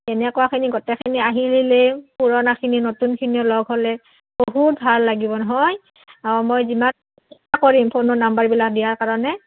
এনেকুৱাখিনি গোটেইখিনি আহিলেই পুৰণাখিনি নতুনখিনি লগ হ'লে বহুত ভাল লাগিব নহয় অঁ মই যিমান কৰিম ফোনৰ নাম্বাৰবিলাক দিয়াৰ কাৰণে